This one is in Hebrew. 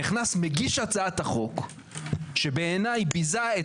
שנכנס מגיש הצעת החוק שבעיניי ביזה את